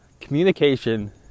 communication